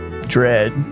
Dread